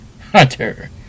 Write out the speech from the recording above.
hunter